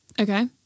Okay